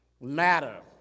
matter